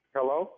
Hello